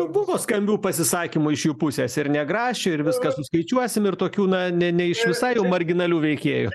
buvo skambių pasisakymų iš jų pusės ir nė grašio ir viską suskaičiuosim ir tokių na ne ne iš visai jau marginalių veikėjų